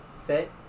fit